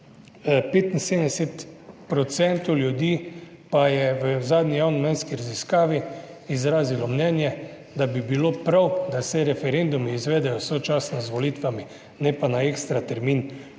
ljudi pa je v zadnji javnomnenjski raziskavi izrazilo mnenje, da bi bilo prav, da se referendumi izvedejo sočasno z volitvami, ne pa na ekstra termin.